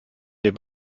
dem